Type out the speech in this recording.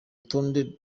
rutonde